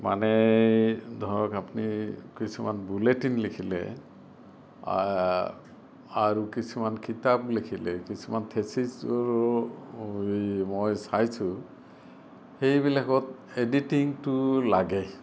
মানে ধৰক আপুনি কিছুমান বুলেটিন লিখিলে আৰু কিছুমান কিতাপ লিখিলে কিছুমান থেচিচো এই মই চাইছো সেইবিলাকত এডিটিঙটো লাগে